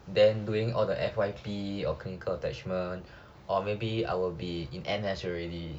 then doing all the F_Y_P or clinical attachment or maybe I will be in N_S already